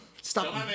Stop